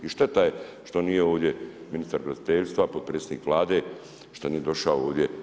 I šteta je što nije ovdje ministar graditeljstva, potpredsjednik Vlade što nije došao ovdje.